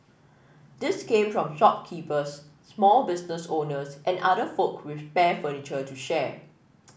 these came from shopkeepers small business owners and other folk with spare furniture to share